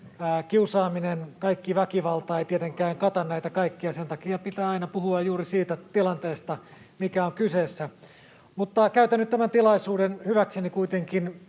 kiusaaminen tai kaikki väkivalta ei tietenkään kata näitä kaikkia. Sen takia pitää aina puhua juuri siitä tilanteesta, mikä on kyseessä. Käytän nyt tämän tilaisuuden kuitenkin